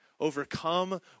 overcome